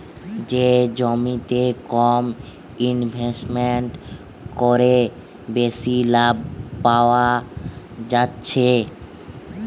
যে জমিতে কম ইনভেস্ট কোরে বেশি লাভ পায়া যাচ্ছে